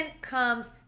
comes